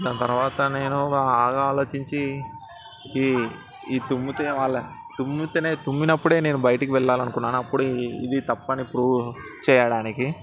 దాని తర్వాత నేను బాగా ఆలోచించి ఈ ఈ తుమ్మితే వాళ్ళ తుమ్మితేనే తుమ్మినప్పుడు నేను బయటికి వెళ్ళాలనుకున్నాను అప్పుడు ఇ ఇది తప్పు అని ప్రూవ్ చేయడానికి